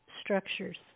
structures